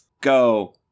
go